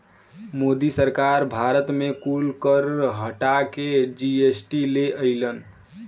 मोदी सरकार भारत मे कुल कर हटा के जी.एस.टी ले अइलन